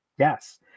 Yes